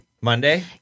Monday